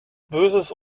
böses